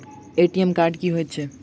ATM card की हएत छै?